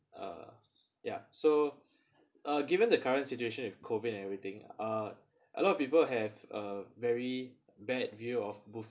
uh ya so uh given the current situation if COVID and everything uh a lot of people have a very bad view of buffet